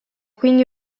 quindi